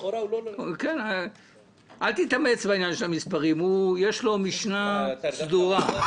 אל תתאמץ בעניין של המספרים, יש לו משנה סדורה.